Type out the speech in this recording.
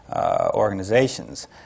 organizations